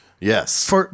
Yes